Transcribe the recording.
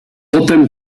potem